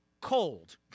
cold